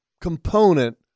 component